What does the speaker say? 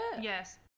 Yes